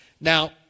Now